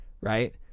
right